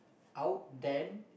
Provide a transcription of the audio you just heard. out them